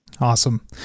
Awesome